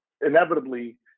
inevitably